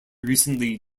recently